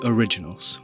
Originals